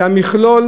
זה המכלול,